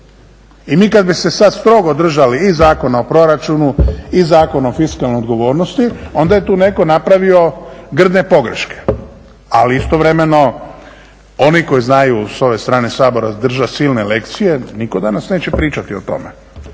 I mi kad bi se sad strogo držali i Zakona o proračunu i Zakona o fiskalnoj odgovornosti onda je tu netko napravio grdne pogreške, ali istovremeno oni koji znaju s ove strane Sabora držat silne lekcije, nitko danas neće pričati o tome.